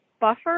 buffer